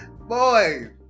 Boy